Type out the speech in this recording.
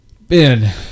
Ben